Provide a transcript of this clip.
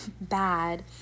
bad